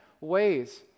ways